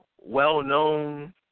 well-known